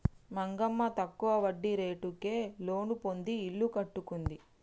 మంగమ్మ తక్కువ వడ్డీ రేటుకే లోను పొంది ఇల్లు కట్టుకుంది